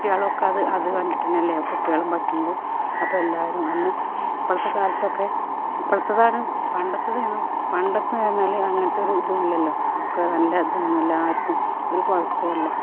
കുട്ടികളൊക്കെ അത് അത് കണ്ടിട്ട് തന്നെ അല്ലേ കുട്ടികളും പഠിക്കുന്നത് അപ്പം എല്ലാവരും അന്ന് ഇപ്പോളത്തെ കാലത്തൊക്കെ ഇപ്പോളത്തേത് ആണ് പണ്ടത്തേതെന്ന് പണ്ടത്തേതെന്ന് പറഞ്ഞാല് അങ്ങനത്തെ ഒരു ഇതും ഇല്ലല്ലോ ഒക്കെ നല്ല ഇതു നല്ല ആർക്കും ഒരു കുഴപ്പവും ഇല്ല